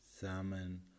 salmon